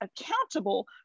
accountable